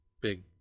big